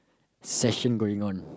session going on